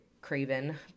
Craven